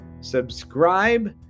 subscribe